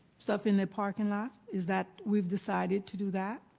stuff in the parking lot, is that we've decided to do that?